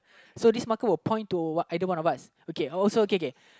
so this marker will point to either one of us oh so K K